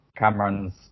Cameron's